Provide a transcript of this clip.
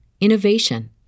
innovation